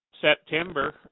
September